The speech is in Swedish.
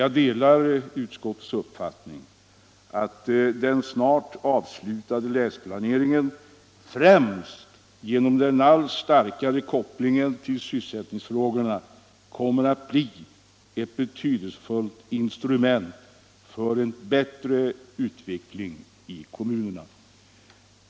Jag delar utskottets uppfattning att den snart avslutade länsplaneringen - främst genom den allt starkare kopplingen till sysselsättningsfrågorna - kommer att bli ett betydelsefullt instrument för en bättre utveckling i kommunerna.